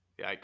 Yikes